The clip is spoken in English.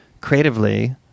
creatively